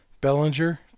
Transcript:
Bellinger